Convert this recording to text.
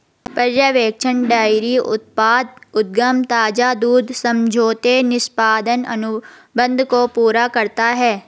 पर्यवेक्षण डेयरी उत्पाद उद्यम ताजा दूध समझौते निष्पादन अनुबंध को पूरा करता है